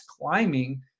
climbing